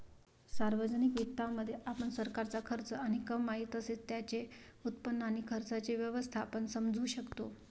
सार्वजनिक वित्तामध्ये, आपण सरकारचा खर्च आणि कमाई तसेच त्याचे उत्पन्न आणि खर्चाचे व्यवस्थापन समजू शकतो